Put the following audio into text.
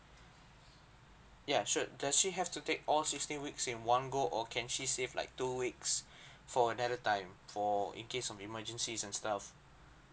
ya sure does she have to take all sixteen weeks in one go or can she save like two weeks for the other time for in case some emergencies and stuff